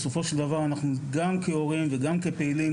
בסופו של דבר אנחנו גם כהורים וגם כפעילים